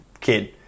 kid